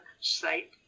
site